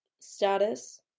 status